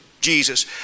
Jesus